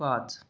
पाच